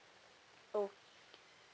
oh